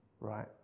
right